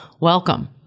Welcome